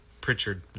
Pritchard